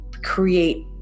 create